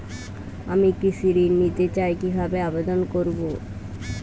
আমি কৃষি ঋণ নিতে চাই কি ভাবে আবেদন করব?